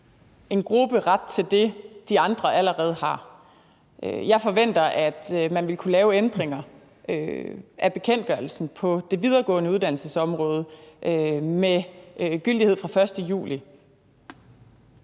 en gruppe ret til det, de andre allerede har. Jeg forventer, at man vil kunne lave ændringer af bekendtgørelsen på det videregående uddannelsesområde med gyldighed fra den 1. juli.